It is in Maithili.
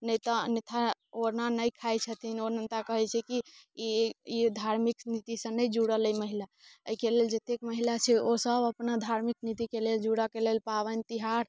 नहि तऽ अन्यथा वरना नहि खाइत छथिन ओ हुनका कहैत छै कि ई ई धार्मिक नीतिसँ नहि जुड़ल अइ महिला एहिके लेल जतेक महिला छै ओसब अपना धार्मिक नीतिके लेल जुड़ऽ के लेल पाबनि तिहार